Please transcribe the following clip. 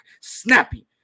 Snappy